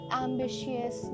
-ambitious